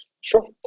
Sure